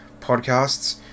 podcasts